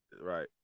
right